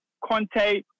Conte